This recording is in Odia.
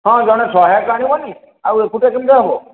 ହଁ ଜଣେ ସହାୟକ ଆଣିବନି ଆଉ ଏକୁଟିଆ କେମିତି ହେବ